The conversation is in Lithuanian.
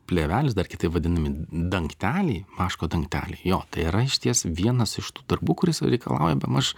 plėvelės dar kitaip vadinami dangteliai vaško dangteliai jo tai yra išties vienas iš tų darbų kuris reikalauja bemaž